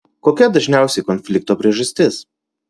kokia dažniausiai konflikto priežastis